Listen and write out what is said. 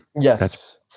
Yes